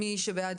מי בעד?